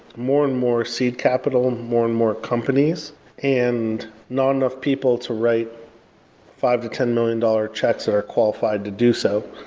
more and more seed capital, and more and more companies and not enough people to write five to ten million dollars checks that are qualified to do so.